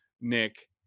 Nick